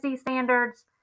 standards